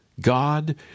God